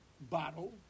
bottle